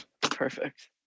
perfect